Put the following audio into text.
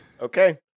Okay